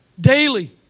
Daily